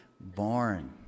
born